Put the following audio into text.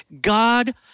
God